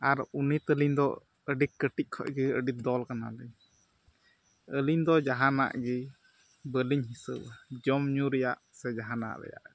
ᱟᱨ ᱩᱱᱤ ᱛᱟᱹᱞᱤᱧ ᱫᱚ ᱟᱹᱰᱤ ᱠᱟᱹᱴᱤᱡ ᱠᱷᱚᱱ ᱜᱮ ᱟᱹᱰᱤ ᱫᱚᱞ ᱠᱟᱱᱟᱞᱤᱧ ᱟᱹᱞᱤᱧ ᱫᱚ ᱡᱟᱦᱟᱱᱟᱜ ᱜᱮ ᱵᱟᱹᱞᱤᱧ ᱦᱤᱥᱟᱹᱵᱟ ᱡᱚᱢᱼᱧᱩ ᱨᱮᱭᱟᱜ ᱥᱮ ᱡᱟᱦᱟᱱᱟᱜ ᱨᱮᱭᱟᱜ